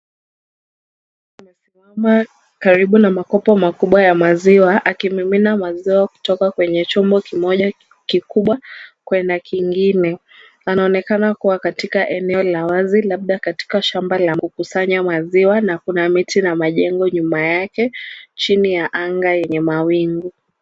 Amesimama karibu na makopo makubwa ya maziwa akimimina maziwa kutoka kwenye chombo kimoja kikubwa kwenda kingine. Anaonekana kuwa katika eneo lilo wazi labada katika shamba la kukusanya maziwa, na kuna miti na majengo nyuma yake chini ya anga yenye mawingu.